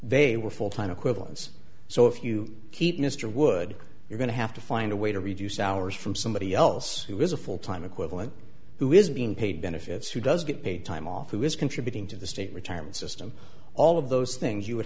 they were full time equivalents so if you keep mr wood you're going to have to find a way to reduce hours from somebody else who is a full time equivalent who is being paid benefits who does get paid time off who is contributing to the state retirement system all of those things you would